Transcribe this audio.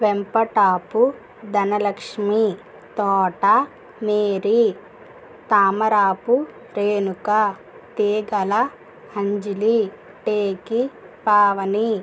Vempatapu Dhanalakshmi Thota Mary Thamarapu Renuka Teegala Anjali Teki Pavani